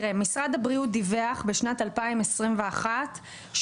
משרד הבריאות דיווח בשנת 2021 ש-431